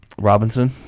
Robinson